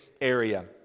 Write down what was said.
area